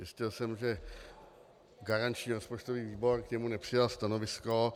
Zjistil jsem, že garanční rozpočtový výbor k němu nepřijal stanovisko.